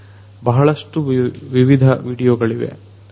ಬಹಳಷ್ಟು ವಿವಿಧ ವಿಡಿಯೋಗಳಿವೆ